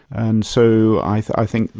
and so i think